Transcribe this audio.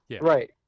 right